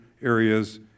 areas